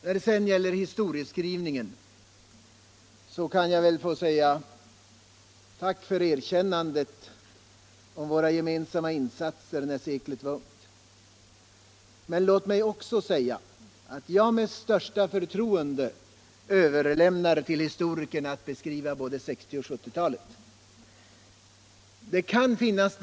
När det gäller historieskrivningen kan jag väl få säga: Tack för erkännandet av våra insatser då seklet var ungt. Jag överlämnar med största förtroende till historikerna både 1960-talet och 1970-talet.